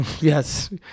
Yes